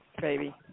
baby